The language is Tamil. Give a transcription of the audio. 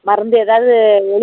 மருந்து ஏதாது